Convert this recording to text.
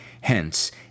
Hence